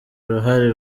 uruhare